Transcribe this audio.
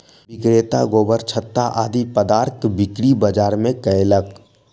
विक्रेता गोबरछत्ता आदि पदार्थक बिक्री बाजार मे कयलक